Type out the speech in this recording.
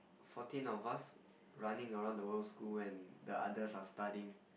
fourteen of us running around the whole school when the others are studying